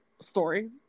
story